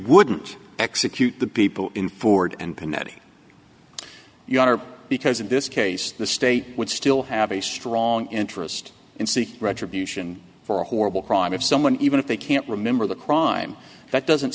wouldn't execute the people in ford and pinetti you are because in this case the state would still have a strong interest in seek retribution for a horrible crime if someone even if they can't remember the crime that doesn't